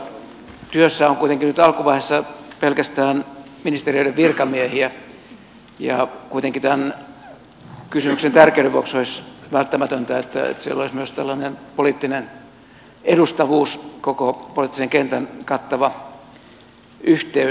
tuossa työssä on kuitenkin nyt alkuvaiheessa pelkästään ministeriöiden virkamiehiä ja kuitenkin tämän kysymyksen tärkeyden vuoksi olisi välttämätöntä että siellä olisi myös tällainen poliittinen edustavuus koko poliittisen kentän kattava yhteys